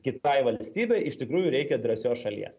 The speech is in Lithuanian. kitai valstybei iš tikrųjų reikia drąsios šalies